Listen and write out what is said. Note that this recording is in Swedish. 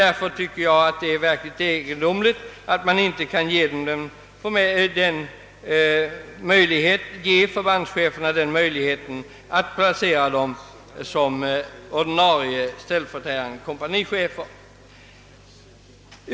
Därför förefaller det verkligen egendomligt att inte förbandscheferna kan ges möjlighet att placera dem som ordinarie ställföreträdande kompanichef.